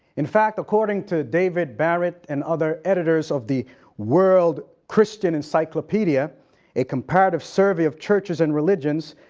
in fact, according to david barret and other editors of the world christian encyclopedia a comparative survey of churches and religions,